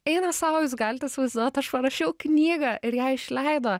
eina sau jūs galit įsivaizduot aš parašiau knygą ir ją išleido